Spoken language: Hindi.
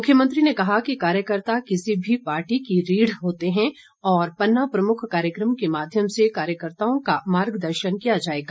मुख्यमंत्री ने कहा कि कार्यकर्ता किसी भी पार्टी की रीढ़ होते है और पन्ना प्रमुख कार्यक्रम के माध्यम से कार्यकर्ताओं का मार्गदर्शन किया जाएगा